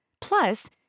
Plus